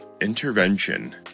Intervention